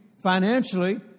financially